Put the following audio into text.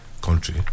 country